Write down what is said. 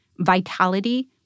Vitality